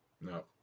No